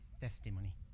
testimony